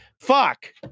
Fuck